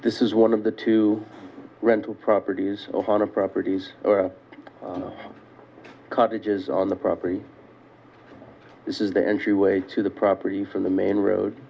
this is one of the two rental properties of one of properties cottages on the property this is the entryway to the property from the main road